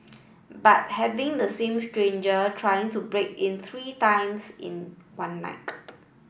but having the same stranger trying to break in three times in one night